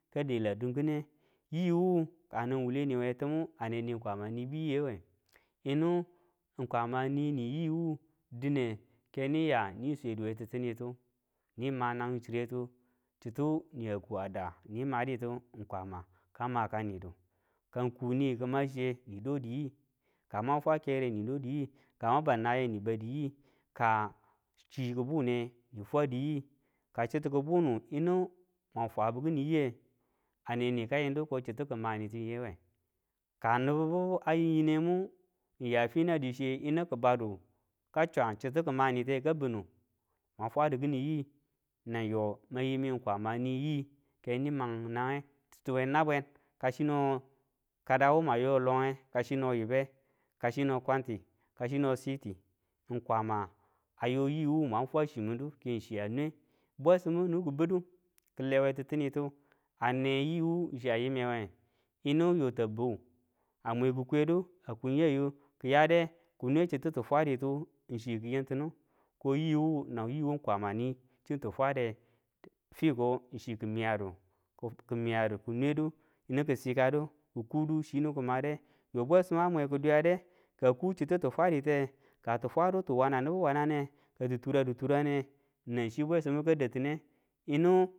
Ka dela dinkine yiwu ka nang wuwule niye we timu a ne niwu kwama nibu yiyewe, yinu kwama niniyiwu dine keniya nin swedu we titinitu nin ma nangin chiretu chitu niyang ku a da ni maditu ng kwama ka makanidu, kang ku ni kima chiye, ni dodi yi, kamwan fwa kere ni dodi yi, kamwan bau naye ni badi yi, ka chi ki bune ni fwadi yi, ka chitu ki bunu yinu mwan fwabu kini yiye, aneni ka yindu ko chitu kimanitu i yewe, ka nibu bibu a yim yinengin mu ng ya fina di chiye yinu ki badu ka swan chitu ki manite ka bi numwan fwadu kini yi, nan yo manyi mi kwama ni yi keni mang nangange. chitu we nabwen kasino kada wu mwan yo a longe, kasino yibe, kasino kwanti, kasino siti ng kwama a yo yiwu mwan fwa chimindu keng chiya nwe. Bwesimu nibu kibidu kilewe titinitu ane yiwu chiya yimewe, yinu yo ta bi a mwe ki kwedu a kun yayu ki yade ki nwe chitu ti fwaditu ng chi ki yin tidu ko yiwu nang yiwu kwama ni chin ti fwade, fiko ng chi ki miyadu, ki miyadu ki nwedu yinu ki sikadu ki kuudu chi nibu ki made, yo bwesima a mwe ki dwiyade, kaku chitu ti fwadite, katu turadu turane, nan chi ka daditine yinu